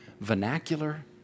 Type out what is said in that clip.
vernacular